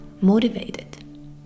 motivated